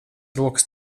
rokas